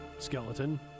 Skeleton